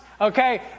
okay